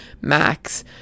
Max